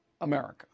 America